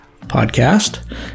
Podcast